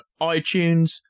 iTunes